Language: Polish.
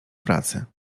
pracy